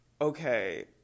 Okay